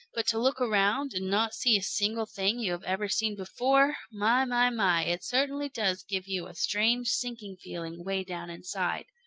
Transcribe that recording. but to look around and not see a single thing you have ever seen before my, my, my, it certainly does give you a strange, sinking feeling way down inside!